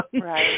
right